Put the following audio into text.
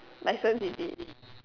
license is it